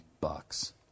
Bucks